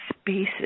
spaces